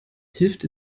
hilft